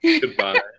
Goodbye